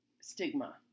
Stigma